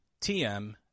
TM